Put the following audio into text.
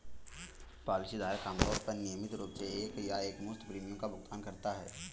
policy धारक आमतौर पर नियमित रूप से या एकमुश्त प्रीमियम का भुगतान करता है